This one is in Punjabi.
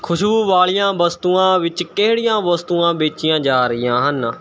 ਖੁਸ਼ਬੂ ਵਾਲ਼ੀਆਂ ਵਸਤੂਆਂ ਵਿੱਚ ਕਿਹੜੀਆਂ ਵਸਤੂਆਂ ਵੇਚੀਆਂ ਜਾ ਰਹੀਆਂ ਹਨ